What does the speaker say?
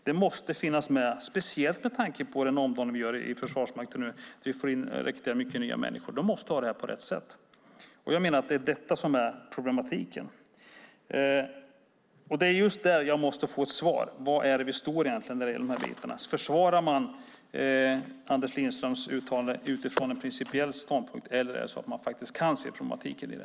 Det måste finnas med, speciellt med tanke på den omdaning vi gör i Försvarsmakten nu när vi får in mycket nya människor som måste ha det här på rätt sätt. Jag menar att det är detta som är problematiken. Det är just där jag måste få ett svar: Var står vi egentligen när det gäller de här bitarna? Försvarar man Anders Lindströms uttalande utifrån en principiell ståndpunkt, eller kan man se problematiken i det?